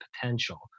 potential